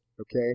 Okay